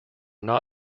not